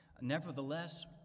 Nevertheless